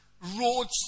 roads